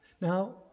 Now